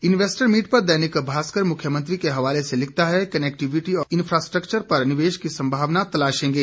investor meet पर दैनिक भास्कर मुख्यमंत्री के हवाले से लिखता है कनेक्टिविटी और इन्फ्रास्ट्रक्वर पर निवेश की संभावना तलाशेंगे